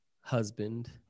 husband